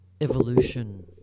evolution